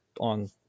on